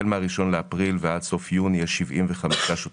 החל מה-1 באפריל ועד סוף יוני יש 75 שוטרים,